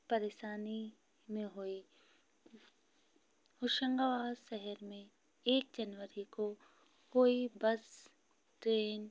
परेशानी में हुई होशंगाबाद शहर में एक जनवरी को कोई बस ट्रेन